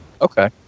Okay